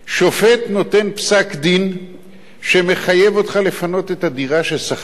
שופט נותן פסק-דין שמחייב אותך לפנות את הדירה ששכרת ממני,